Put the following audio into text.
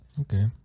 okay